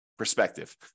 Perspective